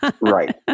right